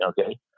okay